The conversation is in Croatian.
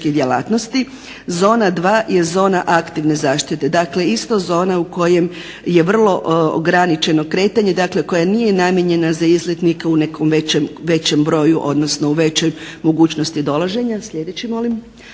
Zona 2 je zona aktivne zaštite. Dakle isto zona u kojem je vrlo ograničeno kretanje koja nije namijenjena za izletnike u nekom većem broju odnosno u većoj mogućnosti dolaženja.